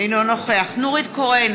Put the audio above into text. אינו נוכח נורית קורן,